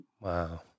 Wow